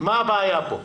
מה הבעיה פה.